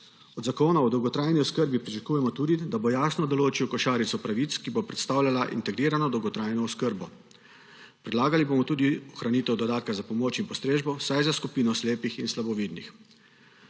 Od zakona o dolgotrajni oskrbi pričakujemo tudi, da bo jasno določil košarico pravic, ki bo predstavljala integrirano dolgotrajno oskrbo. Predlagali bomo tudi ohranitev dodatka za pomoč in postrežbo vsaj za skupino slepih in slabovidnih.